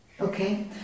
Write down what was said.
okay